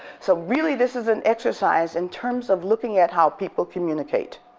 so really this is an exercise in terms of looking at how people communicate